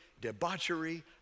debauchery